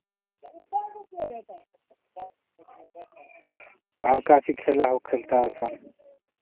और का चीज़ खेला हो खेलता है सब